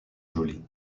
joli